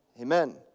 amen